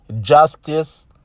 justice